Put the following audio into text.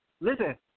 Listen